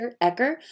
Ecker